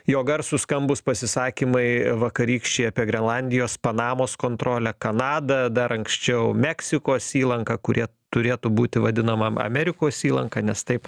jo garsūs skambūs pasisakymai vakarykščiai apie grenlandijos panamos kontrolę kanadą dar anksčiau meksikos įlanką kurie turėtų būti vadinama amerikos įlanka nes taip